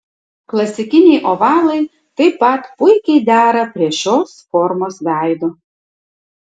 klasikiniai ovalai taip pat puikiai dera prie šios formos veido